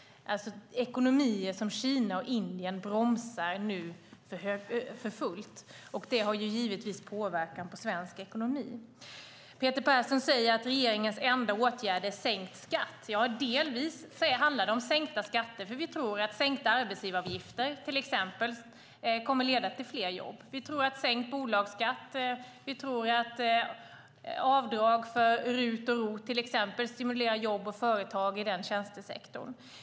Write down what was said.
Ekonomier som Kina och Indien bromsar för fullt. Det har givetvis påverkan på svensk ekonomi. Peter Persson säger att regeringens enda åtgärd är sänkt skatt. Delvis handlar det om sänkta skatter eftersom vi tror att till exempel sänkta arbetsgivaravgifter kommer att leda till fler jobb. Vi tror att sänkt bolagsskatt och avdrag för RUT och ROT stimulerar jobb och företag i tjänstesektorn.